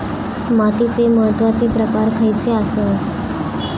मातीचे महत्वाचे प्रकार खयचे आसत?